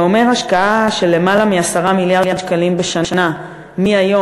זה אומר השקעה של למעלה מ-10 מיליארד שקלים בשנה מהיום